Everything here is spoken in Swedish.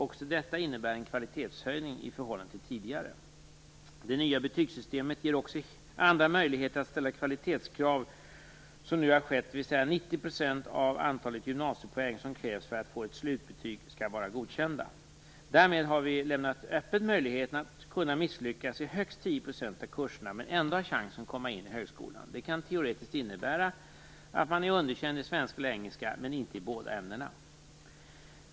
Också detta innebär en kvalitetshöjning i förhållande till tidigare. Det nya betygssystemet ger också andra möjligheter att ställa kvalitetskrav såsom nu har skett, dvs. 90 % av antalet gymnasiepoäng som krävs för att få ett slutbetyg skall vara godkända. Därmed har vi lämnat öppet möjligheten att kunna misslyckas i högst 10 % av kurserna men ändå har chansen att komma in i högskolan. Det kan teoretiskt innebära att man är underkänd i svenska eller engelska, men inte i båda ämnena.